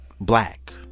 black